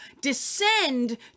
descend